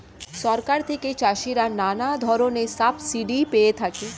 সরকার থেকে চাষিরা নানা ধরনের সাবসিডি পেয়ে থাকে